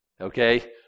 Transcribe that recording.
Okay